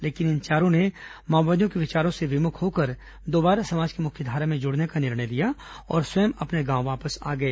लेकिन इन चारों ने माओवादियों के विचारों से विमुख होकर दोबारा समाज की मुख्यधारा में जुड़ने का निर्णय लिया और स्वयं अपने गांव वापस आ गए